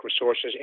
resources